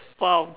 !wow!